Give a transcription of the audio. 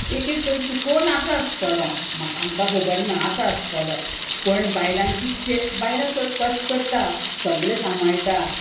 एक एक खंय चुकोन आसा आसतलो म्हाका आमकां खबर ना आसा आसतलो पण बायलांक कितकें बायलांक कश्ट करता सगलें सांबाळटा